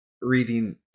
reading